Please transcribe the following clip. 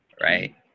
right